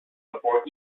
before